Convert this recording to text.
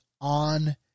on